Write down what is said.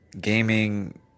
gaming